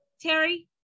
terry